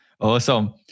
Awesome